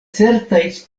certaj